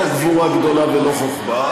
זו לא גבורה גדולה ולא חוכמה,